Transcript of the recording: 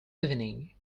evening